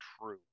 true